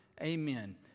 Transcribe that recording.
Amen